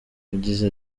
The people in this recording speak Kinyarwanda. yagize